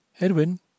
Edwin